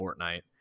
Fortnite